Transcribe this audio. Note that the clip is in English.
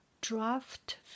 Draft